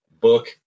book